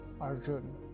Arjun